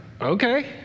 okay